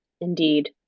Indeed